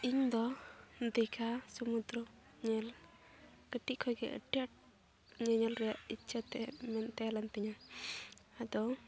ᱤᱧᱫᱚ ᱫᱤᱜᱷᱟ ᱥᱚᱢᱩᱫᱨᱚ ᱧᱮᱞ ᱠᱟᱹᱴᱤᱡ ᱠᱷᱚᱱᱜᱮ ᱟᱹᱰᱤᱼᱟᱸᱴ ᱧᱮᱧᱮᱞ ᱨᱮᱭᱟᱜ ᱤᱪᱪᱷᱟᱹ ᱛᱮᱫ ᱢᱮᱱ ᱛᱟᱦᱮᱸ ᱞᱮᱱᱛᱤᱧᱟᱹ ᱟᱫᱚ